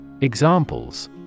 Examples